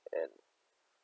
and